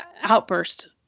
outburst